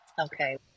Okay